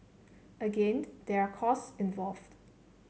again there are costs involved